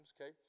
okay